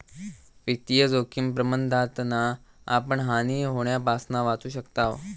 वित्तीय जोखिम प्रबंधनातना आपण हानी होण्यापासना वाचू शकताव